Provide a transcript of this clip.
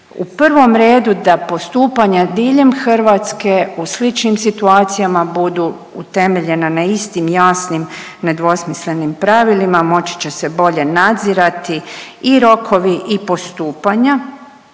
u prvom redu da postupanje diljem Hrvatske u sličnim situacijama budu utemeljena na istim jasnim nedvosmislenim pravilima, moći će se bolje nadzirati i rokovi i postupanja